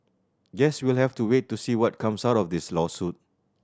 guess we'll have to wait to see what comes out of this lawsuit